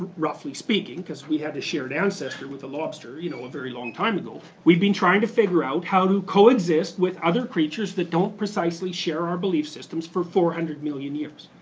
roughly speaking, since we had a shared ancestor with the lobster you know a very long time ago, we've been trying to figure out how to coexist with other creatures that don't precisely share our belief systems for four hundred million years.